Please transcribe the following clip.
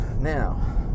now